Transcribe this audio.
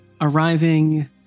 arriving